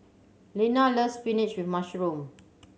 Lena loves spinach with mushroom